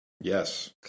Yes